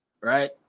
right